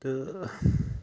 تہٕ